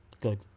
Good